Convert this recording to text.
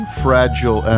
fragile